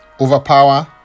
overpower